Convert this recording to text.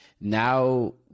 now